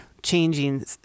changing